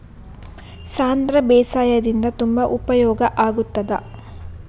ಸಾಂಧ್ರ ಬೇಸಾಯದಿಂದ ತುಂಬಾ ಉಪಯೋಗ ಆಗುತ್ತದಾ?